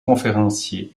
conférencier